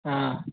ಹಾಂ